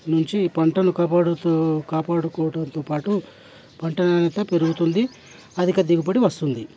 నుంచి పంటను కాపాడుతూ కాపాడుకోవడంతో పాటు పంట నాణ్యత పెరుగుతుంది అధిక దిగుబడి వస్తుంది